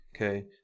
Okay